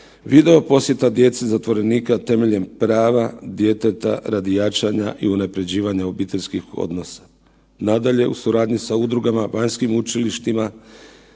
video posjeta djece zatvorenika temeljem prava djeteta radi jačanja i unapređivanja obiteljskih odnosa. Nadalje, u suradnji sa udrugama, vanjskim učilištima